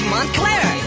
Montclair